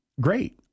great